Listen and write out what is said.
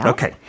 Okay